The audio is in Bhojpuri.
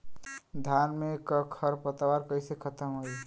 धान में क खर पतवार कईसे खत्म होई?